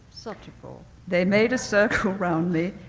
such a bore. they made a circle around me,